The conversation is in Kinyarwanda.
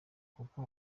kuko